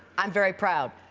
i'm very proud.